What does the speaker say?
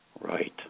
Right